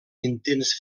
intents